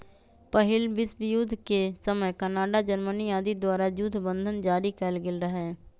पहिल विश्वजुद्ध के समय कनाडा, जर्मनी आदि द्वारा जुद्ध बन्धन जारि कएल गेल रहै